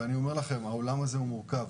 העולם הזה מורכב.